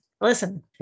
listen